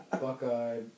Buckeye